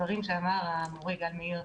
הדברים שאמרה המורה גל מאיר,